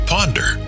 Ponder